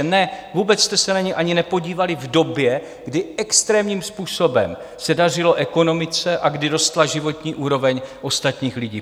Ne, vůbec jste se na ni ani nepodívali v době, kdy extrémním způsobem se dařilo ekonomice a kdy rostla životní úroveň ostatních lidí.